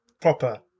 proper